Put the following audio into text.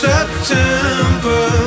September